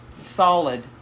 solid